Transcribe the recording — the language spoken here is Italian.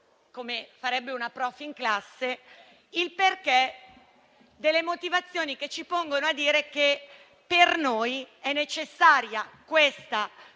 come farebbe una professoressa in classe, il perché delle motivazioni che ci portano a dire che per noi è necessaria una pregiudiziale